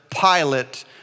Pilate